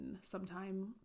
sometime